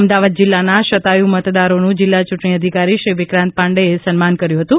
અમદાવાદ જિલ્લાના શતાયુ મતદારોનું જિલ્લા ચૂંટણી અધિકારી શ્રી વિક્રાંત પાંડેએ સન્માન કર્યું હતું